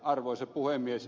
arvoisa puhemies